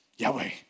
Yahweh